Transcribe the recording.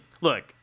look